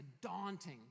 daunting